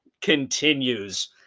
continues